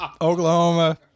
Oklahoma